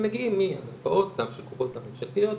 מגיעים מהמרפאות, גם של קופות, גם ממשלתיות.